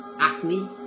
acne